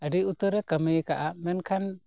ᱟᱹᱰᱤ ᱩᱛᱟᱹᱨᱮ ᱠᱟᱹᱢᱤ ᱟᱠᱟᱫᱼᱟ ᱢᱮᱱᱠᱷᱟᱱ